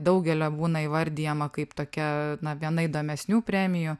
daugelio būna įvardijama kaip tokia na viena įdomesnių premijų